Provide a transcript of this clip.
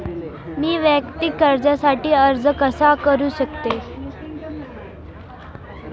मी वैयक्तिक कर्जासाठी अर्ज कसा करु शकते?